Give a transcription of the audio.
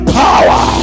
power